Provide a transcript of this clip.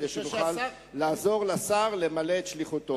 כדי שנוכל לעזור לשר למלא את שליחותו.